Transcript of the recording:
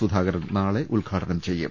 സുധാകരൻ നാളെ ഉദ്ഘാടനം ചെയ്യും